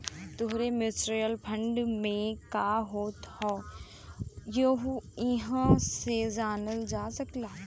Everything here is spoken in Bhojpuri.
तोहरे म्युचुअल फंड में का होत हौ यहु इहां से जानल जा सकला